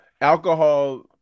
alcohol